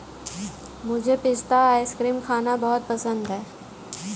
मुझे पिस्ता आइसक्रीम खाना बहुत पसंद है